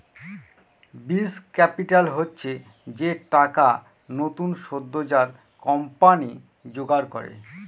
বীজ ক্যাপিটাল হচ্ছে যে টাকা নতুন সদ্যোজাত কোম্পানি জোগাড় করে